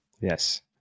yes